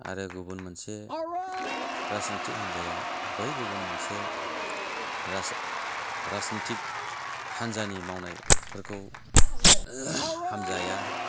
आरो गुबुन मोनसे राजनिथिख हान्जाया बै गुबुन मोनसे राजनिथिख हान्जानि मावनायफोरखौ हामजाया